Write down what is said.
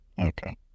Okay